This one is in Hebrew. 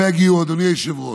אדוני היושב-ראש,